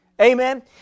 Amen